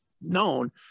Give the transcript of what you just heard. known